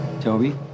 Toby